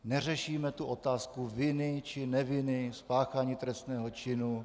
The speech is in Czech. Neřešíme tu otázku viny či neviny, spáchání trestného činu.